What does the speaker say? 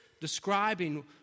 describing